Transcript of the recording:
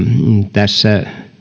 tässä